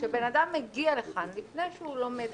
כשאדם מגיע לכאן לפני שהוא לומד,